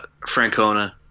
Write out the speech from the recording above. Francona